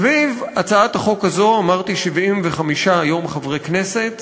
סביב הצעת החוק הזאת, אמרתי, יש היום 75 חברי כנסת